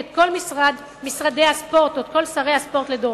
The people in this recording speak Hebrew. את כל משרדי הספורט או את כל שרי הספורט לדורותיהם